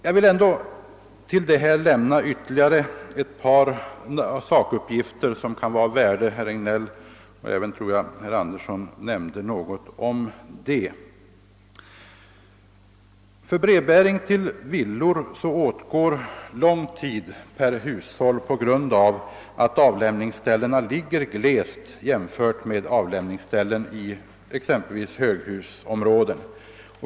Jag vill ändå utöver det anförda lämna ytterligare ett par sakuppgifter som kan vara av värde i en fråga som berördes av herr Regnéll och jag tror även av herr Andersson i Örebro. För brevbäring till villor åtgår lång tid per hushåll på grund av att avlämningsställena ligger glest i jämförelse med förhållandet i exempelvis höghusområden.